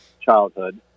childhood